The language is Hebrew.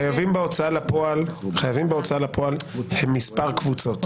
חייבים בהוצאה לפועל מספר קבוצות,